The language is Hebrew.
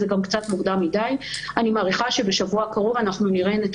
בוסטר מראה שיפור מאוד מאוד משמעותי בשיקום ההגנה החיסונית עם נתוני